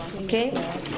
Okay